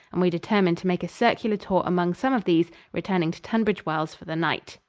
and we determined to make a circular tour among some of these, returning to tunbridge wells for the night.